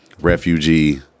refugee